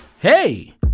Hey